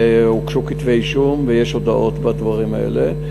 והוגשו כתבי אישום, ויש הודאות בדברים האלה.